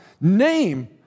name